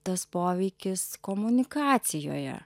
tas poveikis komunikacijoje